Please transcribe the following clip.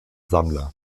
sammler